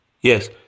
Yes